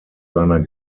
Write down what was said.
seiner